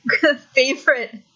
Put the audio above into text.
favorite